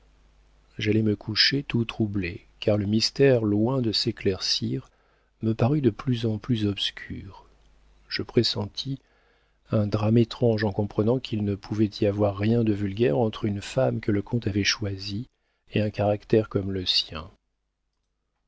j'allai me coucher tout troublé car le mystère loin de s'éclaircir me parut de plus en plus obscur je pressentis un drame étrange en comprenant qu'il ne pouvait y avoir rien de vulgaire entre une femme que le comte avait choisie et un caractère comme le sien